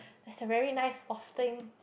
as a very nice of thing